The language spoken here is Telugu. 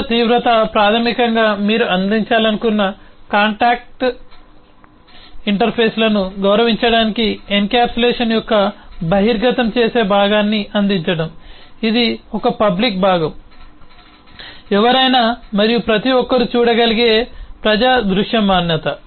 ఇతర తీవ్రత ప్రాథమికంగా మీరు అందించాలనుకున్న కాంట్రాక్టు ఇంటర్ఫేస్ లను గౌరవించటానికి ఎన్క్యాప్సులేషన్ యొక్క బహిర్గతం చేసే భాగాన్ని అందించడం ఇది ఒక పబ్లిక్ భాగం ఎవరైనా మరియు ప్రతి ఒక్కరూ చూడగలిగే ప్రజా దృశ్యమానత